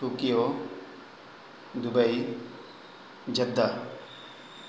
Tokyo Dubai Jeddah